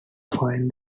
find